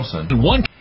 One